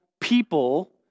people